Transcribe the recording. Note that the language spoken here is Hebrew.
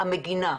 המגינה.